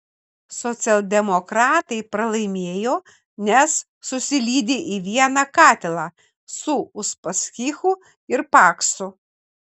socialdemokratai pralaimėjo nes susilydė į vieną katilą su uspaskichu ir paksu